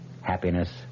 happiness